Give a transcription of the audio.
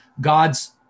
God's